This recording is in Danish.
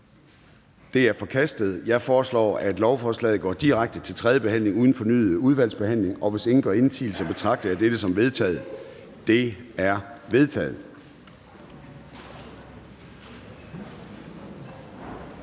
er forkastet. Jeg foreslår, at lovforslaget går direkte til tredje behandling uden fornyet udvalgsbehandling. Hvis ingen gør indsigelse, betragter jeg dette som vedtaget. Det er vedtaget.